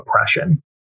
oppression